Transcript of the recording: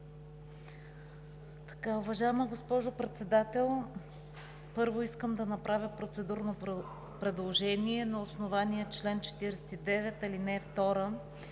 Уважаема госпожо Председател, първо искам да направя процедурно предложение: на основание чл. 49, ал. 2